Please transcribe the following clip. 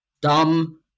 dumb